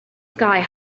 sky